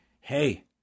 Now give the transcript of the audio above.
hey